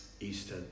Easter